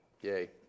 Yay